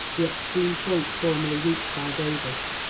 the extreme point formerly reached by davis,